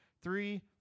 three